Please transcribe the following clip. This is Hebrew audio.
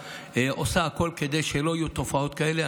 עושים הכול כדי שלא יהיו תופעות כאלה.